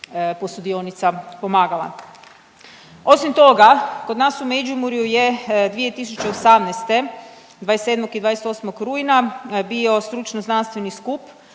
posudionica pomagala. Osim toga, kod nas u Međimurju je 2018., 27. i 28. rujna bio stručno znanstveni skup